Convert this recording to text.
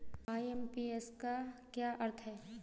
IMPS का क्या अर्थ है?